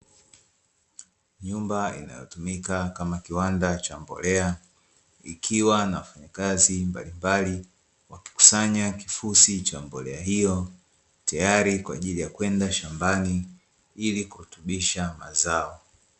Nyumba inayotumika kama kiwanda cha mbolea, ikiwa na wafanyakazi mbalimbali, wakikusanya kifusi cha mbolea hiyo, tayari kwa ajili ya kwenda shambani ili kurutubisha mazao.